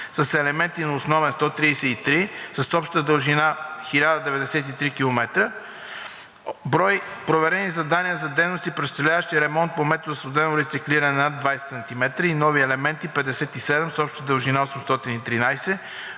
с елементи на основен ремонт – 133, с обща дължина 1093 км. Брой проверени задания за дейности, представляващи ремонт по метода студено рециклиране над 20 см и нови елементи – 57, с обща дължина 813.